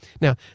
Now